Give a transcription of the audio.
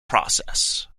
process